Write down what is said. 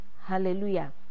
Hallelujah